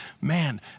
man